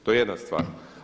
To je jedna stvar.